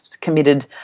committed